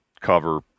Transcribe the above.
cover